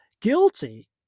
guilty